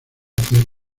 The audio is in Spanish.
acerca